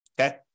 okay